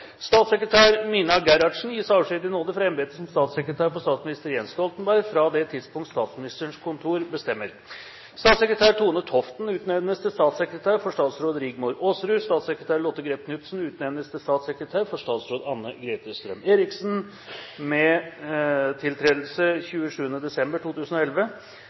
Statssekretær Mina Gerhardsen gis avskjed i nåde fra embetet som statssekretær for statsminister Jens Stoltenberg fra det tidspunkt Statsministerens kontor bestemmer. Statssekretær Tone Toften utnevnes til statssekretær for statsråd Rigmor Aasrud. Statssekretær Lotte Grepp Knutsen utnevnes til statssekretær for statsråd Anne-Grete Strøm-Erichsen med tiltredelse 27. desember 2011.